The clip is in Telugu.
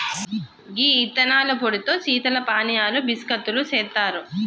గీ యిత్తనాల పొడితో శీతల పానీయాలు బిస్కత్తులు సెత్తారు